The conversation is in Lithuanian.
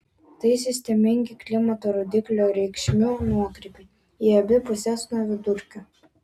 tai sistemingi klimato rodiklio reikšmių nuokrypiai į abi puses nuo vidurkio